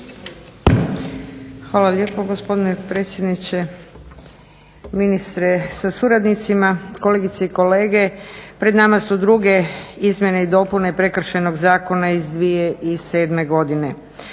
Hvala lijepo gospodine predsjedniče, ministre sa suradnicima, kolegice i kolege. Pred nama su druge izmjene i dopune Prekršajnog zakona iz 2007. godine.